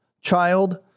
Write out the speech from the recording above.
child